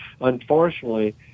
Unfortunately